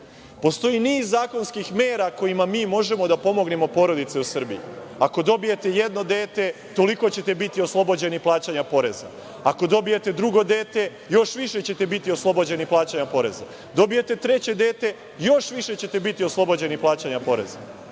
Postoji niz zakonskih mera kojima mi možemo da pomognemo porodice u Srbiji. Ako dobijete jedno dete, toliko ćete biti oslobođeni plaćanja poreza. Ako dobijete drugo dete, još više ćete biti oslobođeni plaćanja poreza. Ako dobijete treće dete, i još više ćete biti oslobođeni plaćanja poreza.